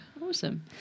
Awesome